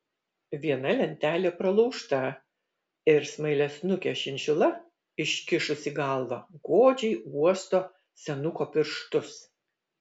viena lentelė pralaužta ir smailiasnukė šinšila iškišusi galvą godžiai uosto senuko pirštus